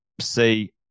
see